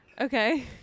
okay